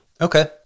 Okay